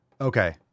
Okay